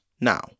Now